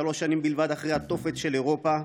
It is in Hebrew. שלוש שנים בלבד אחרי התופת של אירופה,